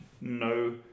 no